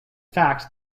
fact